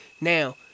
Now